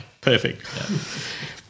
Perfect